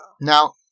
Now